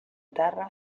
terra